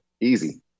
Easy